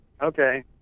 okay